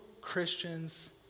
Christians